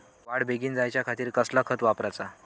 वाढ बेगीन जायच्या खातीर कसला खत वापराचा?